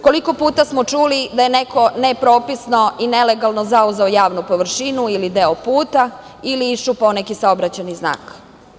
Koliko puta smo čuli da je neko nepropisno i nelegalno zauzeo javnu površinu ili deo puta ili iščupao neki saobraćajni znak?